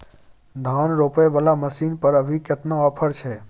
धान रोपय वाला मसीन पर अभी केतना ऑफर छै?